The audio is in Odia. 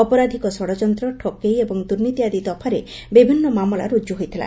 ଅପରାଧିକ ଷଡ଼ଯନ୍ତ୍ର ଠକେଇ ଏବଂ ଦୁର୍ନୀତି ଆଦି ଦଫାରେ ବିଭିନ୍ନ ମାମଲା ରୁଜୁ ହୋଇଥିଲା